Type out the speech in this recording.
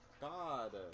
God